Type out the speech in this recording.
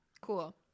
Cool